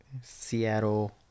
Seattle